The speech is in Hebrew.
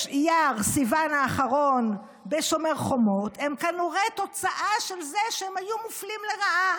אייר-סיוון האחרון בשומר חומות הם כנראה תוצאה של זה שהם היו מופלים לרעה.